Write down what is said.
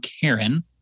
Karen